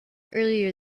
earlier